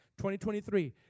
2023